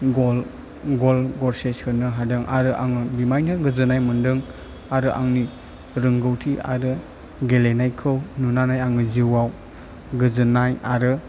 गल गरसे सोनो हादों आरो आङो बिमायनो गोजोन्नाय मोनदों आरो आंनि रोंगौथि आरो आंनि गेलेनायखौ नुनानै आङो जिउयाव गोजोननाय आरो